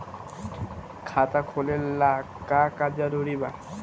खाता खोले ला का का जरूरी बा?